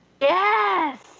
Yes